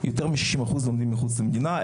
יותר מ-60% לומדים מחוץ למדינה.